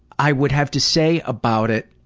i would have to say about it